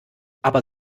aber